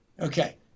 Okay